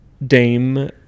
Dame